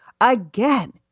Again